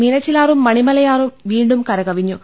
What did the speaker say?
മീനച്ചിലാറും മണിമലയാറും വീണ്ടും കരകവിഞ്ഞു